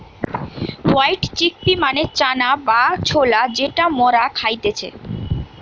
white chickpea মানে চানা বা ছোলা যেটা মরা খাইতেছে